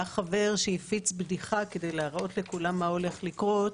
היה חבר שהפיץ בדיחה כדי להראות לכולם מה הולך לקרות.